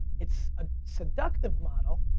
it's a seductive model,